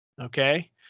okay